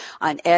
on